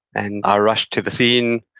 and i rushed to the scene.